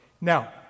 Now